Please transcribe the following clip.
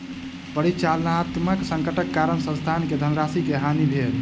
परिचालनात्मक संकटक कारणेँ संस्थान के धनराशि के हानि भेल